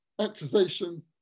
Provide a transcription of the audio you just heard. accusation